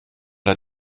der